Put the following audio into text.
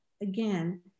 again